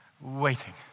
waiting